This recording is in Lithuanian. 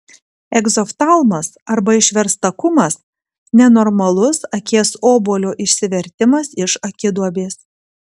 egzoftalmas arba išverstakumas nenormalus akies obuolio išsivertimas iš akiduobės